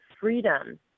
freedom